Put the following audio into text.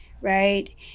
right